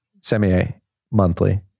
semi-monthly